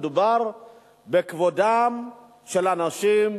מדובר בכבודם של אנשים,